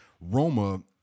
Roma